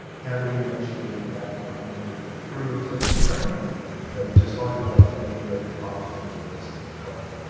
how do we make sure that we have the continuity through till spring that we just talked about as being a great opportunity for us to recover?